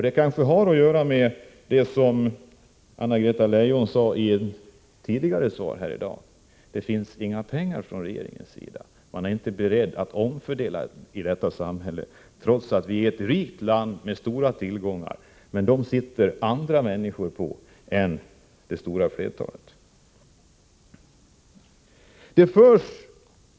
Det kanske har att göra med det som Anna-Greta Leijon sade i ett tidigare svar i dag: regeringen släpper inte till några pengar. Den är inte beredd att omfördela i samhället, trots att Sverige är ett rikt land med stora tillgångar. Andra människor än de som utgör det stora flertalet äger tillgångarna.